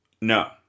No